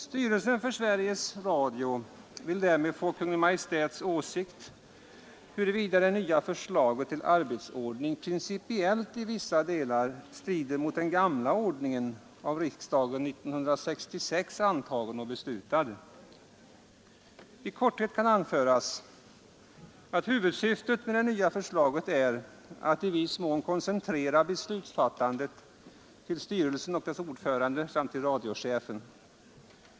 Styrelsen för Sveriges Radio vill därmed få Kungl. Maj:ts åsikt om huruvida det nya förslaget till arbetsordning principiellt i vissa delar strider mot den gamla ordningen, av riksdagen 1966 antagen och beslutad. I korthet kan anföras att huvudsyftet med det nya förslaget är att i viss mån koncentrera beslutsfattandet till styrelsen och dess ordförande samt till radiochefen.